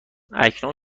اکنون